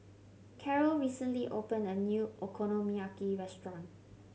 Karyl recently opened a new Okonomiyaki restaurant